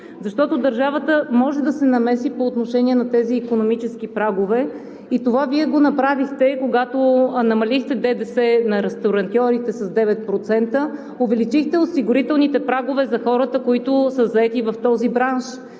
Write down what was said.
защото държавата може да се намеси по отношение на тези икономически прагове. Това Вие го направихте, когато намалихте ДДС на ресторантьорите с 9%, увеличихте осигурителните прагове за хората, които са заети в този бранш.